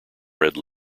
red